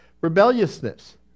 rebelliousness